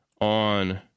on